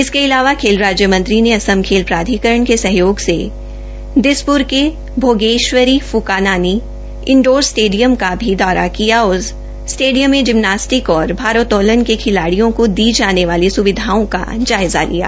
इसके अलावा खेल राज्य मंत्री ने असम खेल प्राधिकरण के सहयोग से दिसप्र के भोगेशवरी फुकानानी इंडोर स्टेडियम का भी दौरा किया और स्टेडियम में जिमनासिटक और भारोतोलन के खिलाडिय़ों को दी जाने वाली सुविधाओं का जायज़ा लिया